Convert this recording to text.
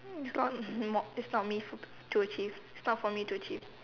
um it's not mo~ it's not me to achieve it's not for me to achieve